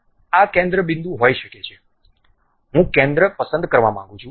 આ કેન્દ્ર બિંદુ હોઈ શકે છે હું કેન્દ્ર પસંદ કરવા માંગું છું